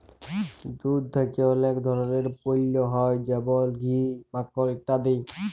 দুধ থেক্যে অলেক ধরলের পল্য হ্যয় যেমল ঘি, মাখল ইত্যাদি